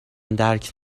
درک